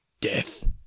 Death